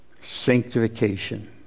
Sanctification